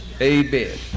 Amen